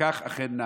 וכך אכן נעשה.